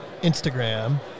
Instagram